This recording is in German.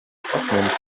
fragmente